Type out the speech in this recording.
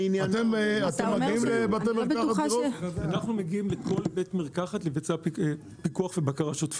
אנחנו מגיעים לכל בית מרקחת לבצע פיקוח ובקרה שוטפים.